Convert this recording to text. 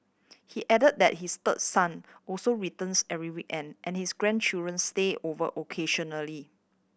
he added that his third son also returns every weekend and his grandchildren stay over occasionally